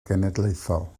genedlaethol